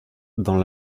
dans